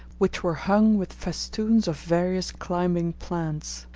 which were hung with festoons of various climbing plants,